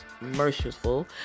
merciful